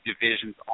divisions